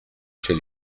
chez